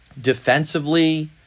Defensively